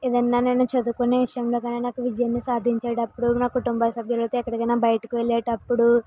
ఏదైన నేను చదువుకునే విషయంలో సాధించేటప్పుడు నా కుటుంబ సభ్యులు ఎక్కడికైన బయటికి వెళ్ళేటప్పుడు